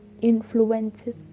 influences